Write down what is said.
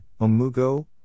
Omugo